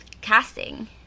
casting